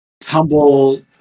tumble